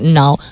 now